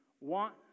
want